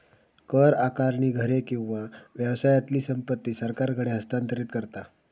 कर आकारणी घरे किंवा व्यवसायातली संपत्ती सरकारकडे हस्तांतरित करता